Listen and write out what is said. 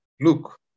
Look